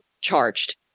charged